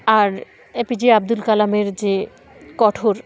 R A P J Abdul কালামের যে কঠোর